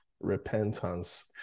repentance